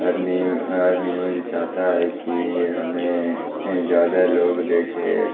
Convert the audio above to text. ہر نیو ہر نیوج چاہتا ہے کہ ہمیں زیادہ لوگ دیکھے